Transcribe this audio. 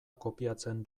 kopiatzen